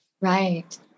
Right